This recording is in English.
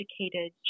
educated